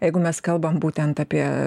jeigu mes kalbam būtent apie